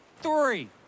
Three